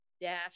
dash